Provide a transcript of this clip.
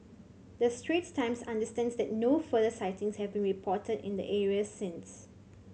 the Straits Times understands that no further sightings have been reported in the areas since